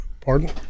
pardon